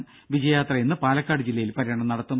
രും വിജയയാത്ര ഇന്ന് പാലക്കാട് ജില്ലയിൽ പര്യടനം നടത്തും